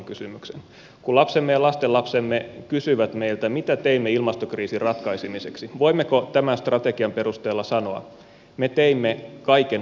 kun lapsemme ja lastenlapsemme kysyvät meiltä mitä teimme ilmastokriisin ratkaisemiseksi voimmeko strategian perusteella sanoa me teimme kaiken voitavamme